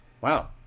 Wow